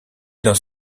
dans